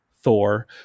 Thor